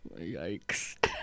Yikes